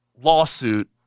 lawsuit